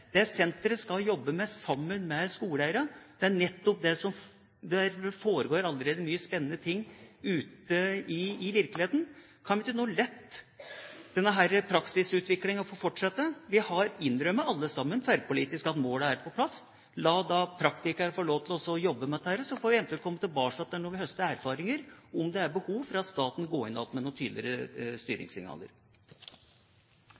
senteret skal jobbe med, sammen med skoleeierne. Det foregår allerede mye spennende ute i virkeligheten. Kan vi ikke la denne praksisutviklinga få fortsette? Vi har alle sammen tverrpolitisk innrømmet at målene er på plass. La da praktikere få lov til å jobbe med dette, og så får vi eventuelt komme tilbake til det når vi har høstet erfaringer, om det er behov for at staten går inn med noen tydeligere